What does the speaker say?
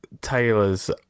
Taylor's